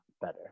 better